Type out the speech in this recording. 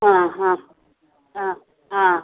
ആ ആ ആ ആ